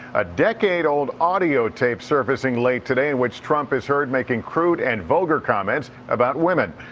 a decade old audiotape surfacing late today in which trump is heard making crude and vulgar comments about women,